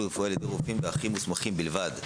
רפואי על ידי רופאים ואחים מוסמכים בלבד.